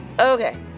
okay